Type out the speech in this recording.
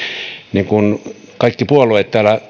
niin kuin kaikki puolueet täällä